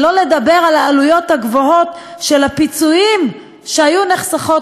שלא לדבר על העלויות הגבוהות של הפיצויים שהיו נחסכות